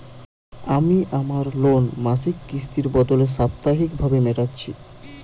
আমি আমার লোন মাসিক কিস্তির বদলে সাপ্তাহিক ভাবে মেটাচ্ছি